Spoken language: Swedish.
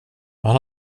man